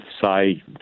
say